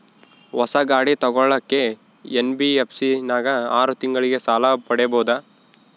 ಹೊಸ ಗಾಡಿ ತೋಗೊಳಕ್ಕೆ ಎನ್.ಬಿ.ಎಫ್.ಸಿ ನಾಗ ಆರು ತಿಂಗಳಿಗೆ ಸಾಲ ಪಡೇಬೋದ?